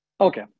Okay